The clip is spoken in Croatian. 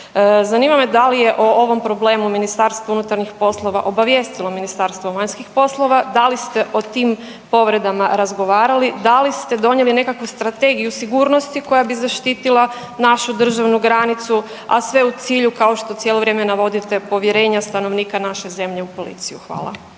Zanima me da li je o ovom problem u MUP obavijestilo Ministarstvo vanjskih poslova, da li ste o tim povredama razgovarali, da li ste donijeli nekakvu strategiju sigurnosti koja bi zaštitila našu državnu granicu, a sve u cilju kao što cijelo vrijeme navodite povjerenja stanovnika naše zemlje u policiju. Hvala.